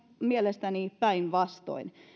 mielestäni päinvastoin